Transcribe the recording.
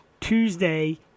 Tuesday